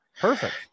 Perfect